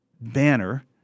banner